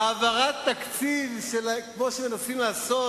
העברת תקציב, כמו שמנסים לעשות,